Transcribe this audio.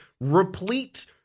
replete